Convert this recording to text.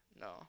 No